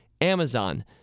Amazon